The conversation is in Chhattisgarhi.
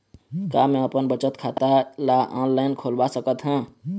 का मैं अपन बचत खाता ला ऑनलाइन खोलवा सकत ह?